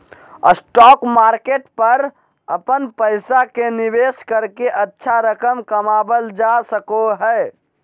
stock market पर अपन पैसा के निवेश करके अच्छा रकम कमावल जा सको हइ